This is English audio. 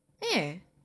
eh